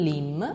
Lim